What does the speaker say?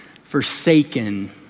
forsaken